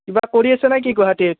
কিবা কৰি আছ ন কি গুৱাহাটীত